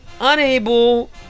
unable